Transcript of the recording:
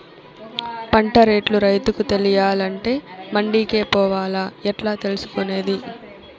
పంట రేట్లు రైతుకు తెలియాలంటే మండి కే పోవాలా? ఎట్లా తెలుసుకొనేది?